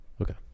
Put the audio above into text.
okay